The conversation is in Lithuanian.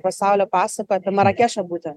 pasaulio pasakoja apie marakešą būtent